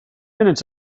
minutes